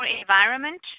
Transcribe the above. environment